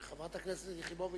חברת הכנסת יחימוביץ.